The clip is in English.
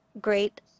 Great